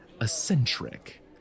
eccentric